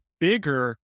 bigger